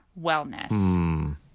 wellness